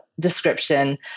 description